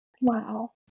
Wow